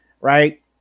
right